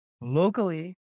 locally